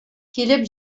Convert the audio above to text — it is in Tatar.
килеп